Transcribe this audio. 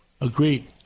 Agreed